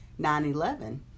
9-11